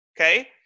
Okay